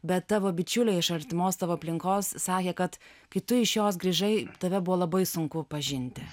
bet tavo bičiuliai iš artimos savo aplinkos sakė kad kai tu iš jos grįžai tave buvo labai sunku pažinti